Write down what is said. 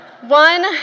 One